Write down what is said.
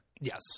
Yes